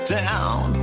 down